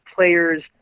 players